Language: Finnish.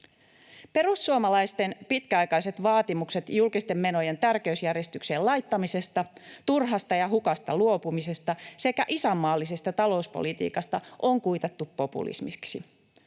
Perussuomalaisten pitkäaikaiset vaatimukset julkisten menojen tärkeysjärjestykseen laittamisesta, turhasta ja hukasta luopumisesta sekä isänmaallisesta talouspolitiikasta on kuitattu populismiksi.